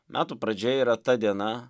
metų pradžia yra ta diena